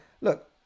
look